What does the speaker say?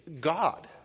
God